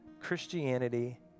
Christianity